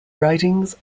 writings